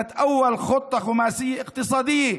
זו הייתה תוכנית החומש הכלכלית הראשונה,